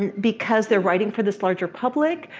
and because they're writing for this larger public,